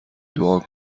دعا